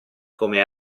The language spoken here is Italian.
come